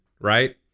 right